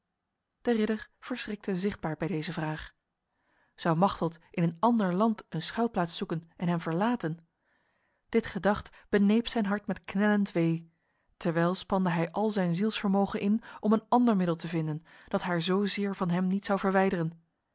de ridder verschrikte zichtbaar bij deze vraag zou machteld in een ander land een schuilplaats zoeken en hem verlaten dit gedacht beneep zijn hart met knellend wee terwijl spande hij al zijn zielsvermogen in om een ander middel te vinden dat haar zozeer van hem niet zou verwijderen